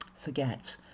forget